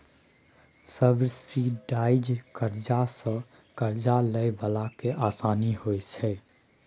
subsidised करजा सँ करजा लए बला केँ आसानी होइ छै